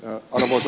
arvoisa puhemies